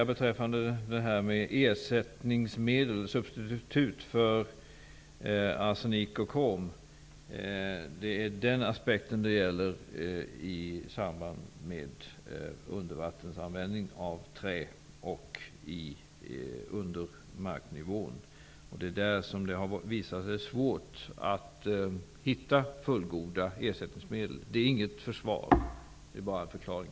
Beträffande detta med ersättningsmedel, substitut, för arsenik och krom är det den aspekten det gäller i samband med undervattensanvändning av trä och användning under marknivån. Där har det visat sig svårt att hitta fullgoda ersättningsmedel. Det är inget försvar, det är bara en förklaring.